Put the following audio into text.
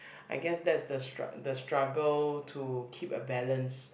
I guess that's the stru~ the struggle to keep a balance